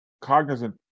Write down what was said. cognizant